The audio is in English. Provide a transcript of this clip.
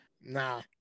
Nah